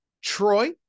Troy